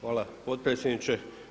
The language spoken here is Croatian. Hvala potpredsjedniče.